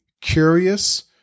curious